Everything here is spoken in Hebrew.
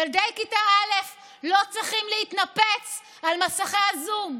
ילדי כיתה א' לא צריכים להתנפץ על מסכי הזום.